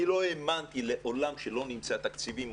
אני לא האמנתי לעולם שלא נמצא תקציבים לדבר הזה,